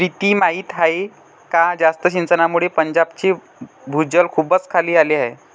प्रीती माहीत आहे का जास्त सिंचनामुळे पंजाबचे भूजल खूपच खाली आले आहे